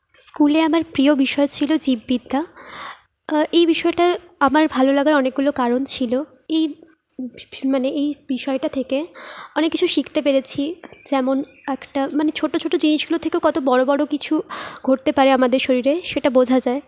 স্কুলে আমার প্রিয় বিষয় ছিলো জীববিদ্যা এই বিষয়টা আমার ভালো লাগার অনেকগুলো কারণ ছিলো এই মানে এই বিষয়টা থেকে অনেক কিছু শিখতে পেরেছি যেমন একটা মানে ছোটো ছোটো জিনিসগুলো থেকেও কতো বড়ো বড়ো কিছু ঘটতে পারে আমাদের শরীরে সেটা বোঝা যায়